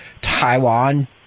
Taiwan